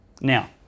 Now